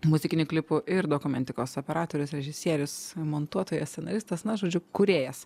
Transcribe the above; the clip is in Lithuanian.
muzikinių klipų ir dokumentikos operatorius režisierius montuotojas scenaristas na žodžiu kūrėjas